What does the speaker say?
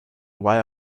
while